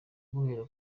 guhera